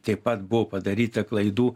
taip pat buvo padaryta klaidų